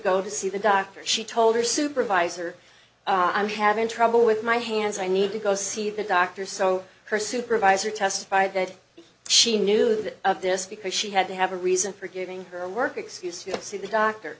go to see the doctor she told her supervisor i'm having trouble with my hands i need to go see the doctor so her supervisor testified that she knew that this because she had to have a reason for giving her work excuse you see the doctor